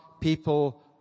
people